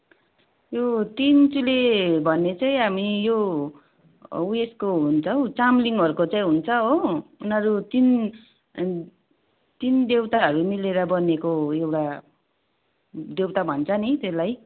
यो तिन चुले भन्ने चाहिँ हामी यो उयेसको हुन्छ हौ चामलिङहरूको चाहिँ हुन्छ हो उनीहरू तिन तिन दउताहरू मिलेर बनेको एउटा देउता भन्छ नि त्यसलाई